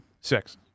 six